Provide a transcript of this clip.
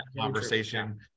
conversation